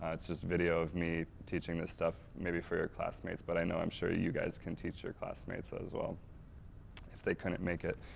ah it's just video of me teaching this stuff maybe for your classmates but, i know i'm sure you guys can teach your classmates as well if they couldn't make it.